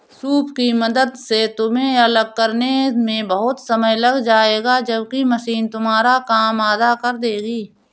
soup की मदद से तुम्हें अलग करने में बहुत समय लग जाएगा जबकि मशीन तुम्हारा काम आधा कर देगी